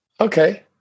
Okay